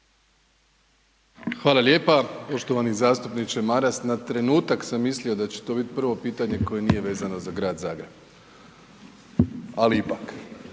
Hvala lijepa poštovani zastupniče Maras. Na trenutak sam mislio da će to biti prvo pitanje koje nije vezano za grad Zagreb. Ali ipak,